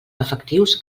efectius